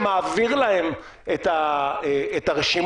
שמעביר להם את הרשימות,